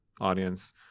audience